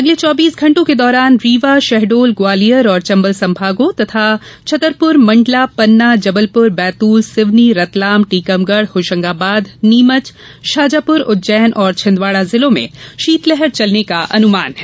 आगामी चौबीस घण्टों के दौरान रीवा शहडोल ग्वालियर और चंबल संभागों तथा छतरपुर मण्डला पन्ना जबलपुर बैतूल सिवनी रतलाम टीकमगढ़ होशंगाबाद नीमच शाजापुर उज्जैन और छिंदवाड़ा जिलों में शीतलहर चलने का अनुमान है